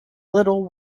little